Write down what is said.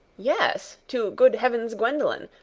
yes! to good heavens, gwendolen,